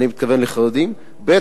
אני מתכוון לחרדים, ב.